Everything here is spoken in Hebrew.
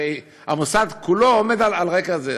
הרי המוסד כולו עומד על רקע זה.